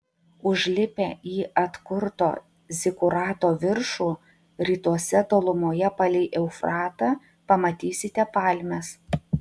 užlipę į atkurto zikurato viršų rytuose tolumoje palei eufratą pamatysite palmes